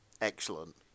Excellent